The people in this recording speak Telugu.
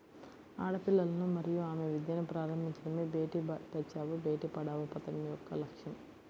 ఆడపిల్లలను మరియు ఆమె విద్యను ప్రారంభించడమే బేటీ బచావో బేటి పడావో పథకం యొక్క లక్ష్యం